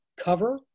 cover